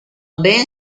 ben